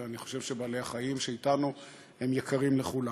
ואני חושב שבעלי החיים שאתנו יקרים לכולנו.